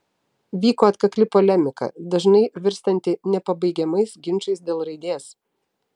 vyko atkakli polemika dažnai virstanti nepabaigiamais ginčais dėl raidės